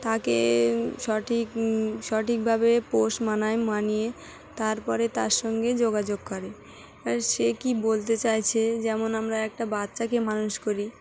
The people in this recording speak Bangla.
তাকে সঠিক সঠিকভাবে পোষ মানায় মানিয়ে তারপরে তার সঙ্গে যোগাযোগ করে আর সে কী বলতে চাইছে যেমন আমরা একটা বাচ্চাকে মানুষ করি